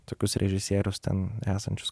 tokius režisierius ten esančius